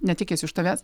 netekėsiu už tavęs